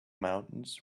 mountains